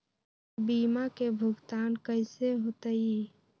बीमा के भुगतान कैसे होतइ?